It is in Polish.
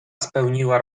spełniła